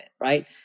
right